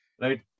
right